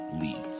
Leaves